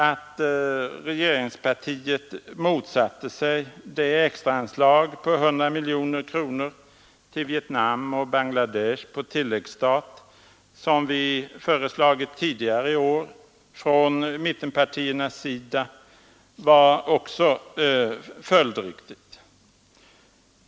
Att regeringspartiet motsatte sig det extraanslag på tilläggsstat på 100 miljoner kronor till Vietnam och Bangladesh, som mittenpartierna föreslagit tidigare i år, var också följdriktigt.